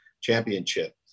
championship